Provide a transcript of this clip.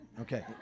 okay